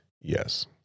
Yes